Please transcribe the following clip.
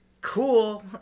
cool